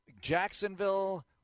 Jacksonville